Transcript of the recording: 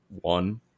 one